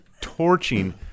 torching